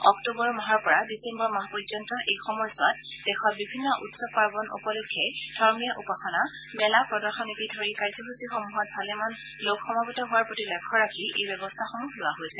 অক্টোবৰ মাহৰ পৰা ডিচেম্বৰ মাহ পৰ্যন্ত এই সময়ছোৱাত দেশত বিভিন্ন উৎসৱ পাৰ্বন উপলক্ষে ধৰ্মীয় উপাসনা মেলা প্ৰদশণীকে ধৰি কাৰ্যসূচী সমূহত ভালেমান লোক সমবেত হোৱাৰ প্ৰতি লক্ষ্য ৰাখি এই ব্যৱস্থাসমূহ লোৱা হৈছে